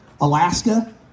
Alaska